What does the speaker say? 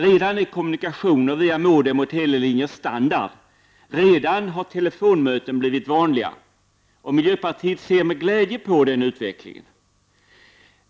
Redan är kommunikationer via modem och telelinjer standard, redan har telefonmöten blivit vanliga. Miljöpartiet ser med glädje på den utvecklingen